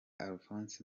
alphonse